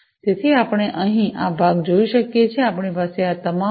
અને આપણે અહીં આ ભાગ જોઈ શકીએ છીએ આપણી પાસે આ તમામ પી